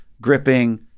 gripping